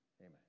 Amen